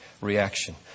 reaction